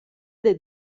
dei